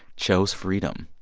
chose freedom.